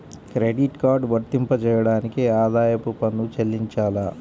Credit card వర్తింపజేయడానికి ఆదాయపు పన్ను చెల్లించాలా?